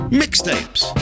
mixtapes